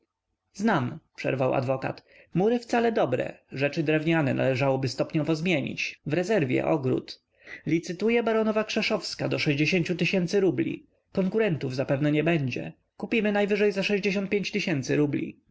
znam przerwał adwokat mury wcale dobre rzeczy drewniane należałoby stopniowo zmienić w rezerwie ogród licytuje baronowa krzeszowska do sześćdziesięciu tysięcy rubli konkurentów zapewne nie będzie kupimy najwyżej za sześćdziesiąt pięć tysięcy rubli